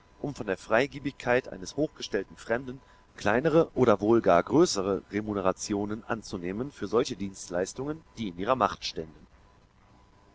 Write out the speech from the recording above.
um von der freigebigkeit eines hochgestellten fremden kleinere oder wohl gar größere remunerationen anzunehmen für solche dienstleistungen die in ihrer macht ständen